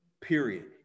period